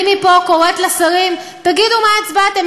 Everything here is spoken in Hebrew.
אני מפה קוראת לשרים: תגידו מה הצבעתם,